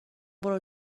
برو